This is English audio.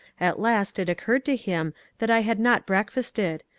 at last it occurred to him that i had not breakfasted,